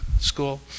school